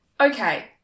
Okay